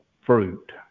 fruit